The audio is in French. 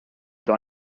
dans